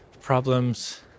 problems